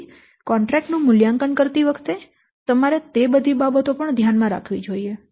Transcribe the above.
તેથી કોન્ટ્રેક્ટ નું મૂલ્યાંકન કરતી વખતે તમારે તે બધી બાબતો પણ ધ્યાન માં રાખવી જોઈએ